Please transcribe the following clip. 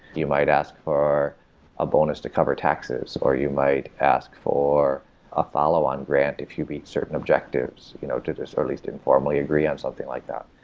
you might ask for a bonus to cover taxes, or you might ask for a follow on grant if you reach certain objectives you know to just or at least informally agree on something like that.